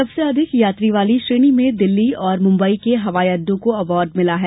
सबसे अधिक यात्री वाली श्रेणी में दिल्ली और मुंबई के हवाई अड्डो को अवार्ड मिला है